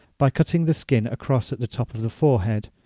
by cutting the skin across at the top of the forehead,